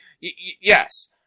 yes